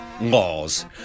laws